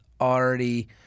already